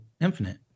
Infinite